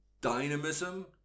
dynamism